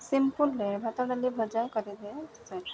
ସିମ୍ପୁଲରେ ଭାତ ଡାଲି ଭଜା କରିଦେବେ